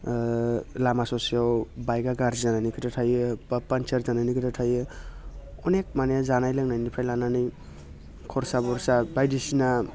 लामा ससेयाव बाइक आ गाज्रि जानायनि खोथा थायो बा पानचार जानायनि खोथा थायो अनेख माने जानाय लोंनायनिफ्राय लानानै खरसा बरसा बायदिसिना